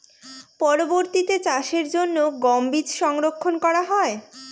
পরবর্তিতে চাষের জন্য গম বীজ সংরক্ষন করা হয়?